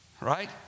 right